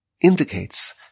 indicates